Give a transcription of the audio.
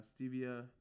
stevia